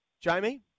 Jamie